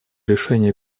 решения